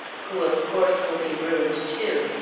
who, of course, will be ruined, too,